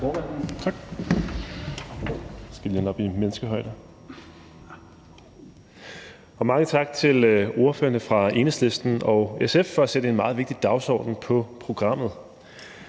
Tak til formanden, og mange tak til ordførerne for Enhedslisten og SF for at sætte en meget vigtig dagsorden på programmet.